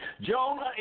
Jonah